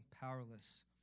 powerless